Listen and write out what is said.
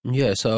yes